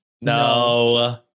No